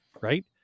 Right